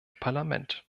parlament